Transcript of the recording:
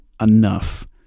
enough